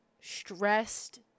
stressed